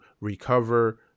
recover